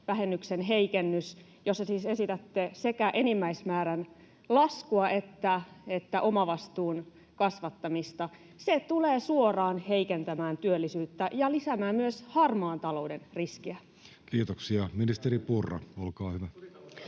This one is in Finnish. kotitalousvähennyksen heikennys, jossa siis esitätte sekä enimmäismäärän laskua että omavastuun kasvattamista? Se tulee suoraan heikentämään työllisyyttä ja lisäämään myös harmaan talouden riskiä. Kiitoksia. — Ministeri Purra, olkaa hyvä.